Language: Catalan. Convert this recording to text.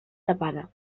tapada